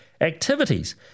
activities